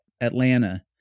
Atlanta